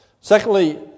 Secondly